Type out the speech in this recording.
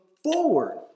forward